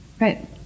Right